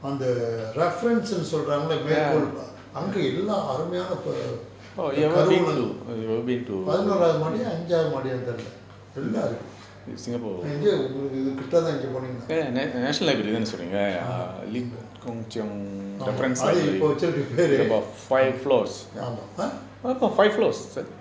அந்த:antha reference டு சொல்றாங்கலே மேற்கோள் அங்க எல்லா அருமையான கருஊலம்:du solraangalae merkol anga ellam arumayana karuoolam பதினோராம் மாடியா அஞ்சாவது மாடியான்டு தெரியல்ல நல்லா இருக்கு இங்க ஒங்களுக்கு இது கிட்ட தான் இங்க போனிங்கன்னா:pathinoram maadiya anjavathu maadiyandu theriyalla nalla iruku inga ongaluku ithu kitta than inga poninganna ஆமா:aama அது இப்ப வச்ச பேரு:athu ippe vacha peru ஆமா:amaa ah